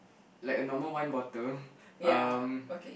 like a normal wine bottle um